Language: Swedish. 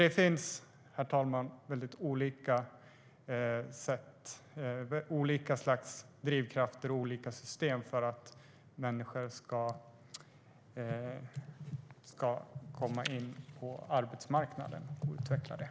Det finns alltså olika slags drivkrafter och olika system för att människor ska komma in på arbetsmarknaden, herr talman.